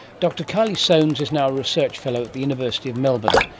dr kylie soanes is now a research fellow at the university of melbourne.